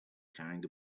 carrying